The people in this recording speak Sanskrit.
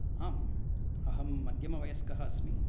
आम् अहं मध्यमवयस्कः अस्मि